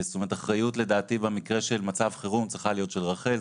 האחריות לדעתי במקרה של מצב חירום צריכה להיות של רח"ל,